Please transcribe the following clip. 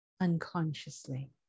unconsciously